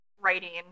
writing